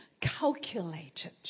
calculated